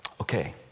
Okay